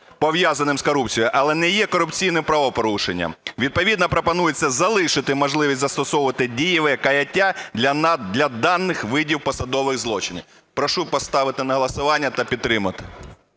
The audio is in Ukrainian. пов'язаним з корупцією, але не є корупційним правопорушенням. Відповідно пропонується залишити можливість застосовувати дієве каяття для даних видів посадових злочинів. Прошу поставити на голосування та підтримати.